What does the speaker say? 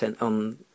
on